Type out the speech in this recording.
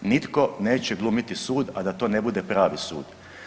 Nitko neće glumiti sud, a da to ne bude pravi sud.